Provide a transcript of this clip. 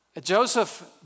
Joseph